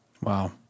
Wow